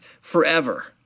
forever